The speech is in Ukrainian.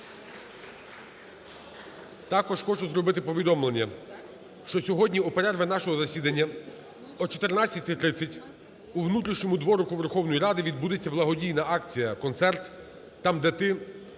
Також хочу зробити повідомлення, що сьогодні у перерві нашого засідання о 14:30 у внутрішньому дворику Верховної Ради відбудеться благодійна акція: концерт "Там, де ти